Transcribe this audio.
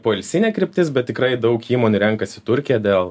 poilsinė kryptis bet tikrai daug įmonių renkasi turkiją dėl